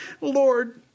Lord